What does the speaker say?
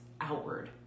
outward